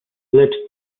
lecz